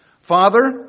Father